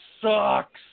sucks